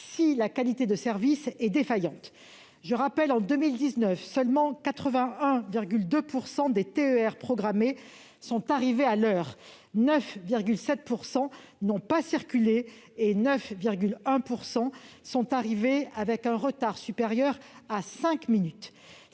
si la qualité de service est défaillante. Je rappelle que, en 2019, seulement 81,2 % des TER programmés sont arrivés à l'heure ; 9,7 % n'ont pas circulé, et 9,1 % sont arrivés avec un retard supérieur à 5 minutes.